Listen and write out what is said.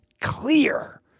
clear